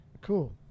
cool